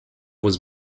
was